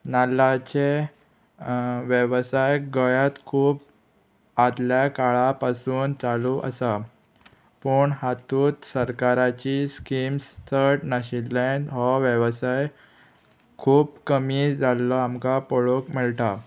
नाल्लाचे वेवसाय गोंयांत खूब आदल्या काळा पासून चालू आसा पूण हातूंत सरकाराची स्किम्स चड नाशिल्ल्यान हो वेवसाय खूब कमी जाल्लो आमकां पळोवंक मेळटा